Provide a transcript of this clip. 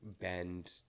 bend